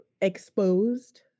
Exposed